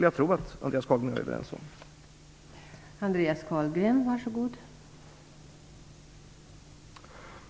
Jag tror att Andreas Carlgren och jag är överens om det.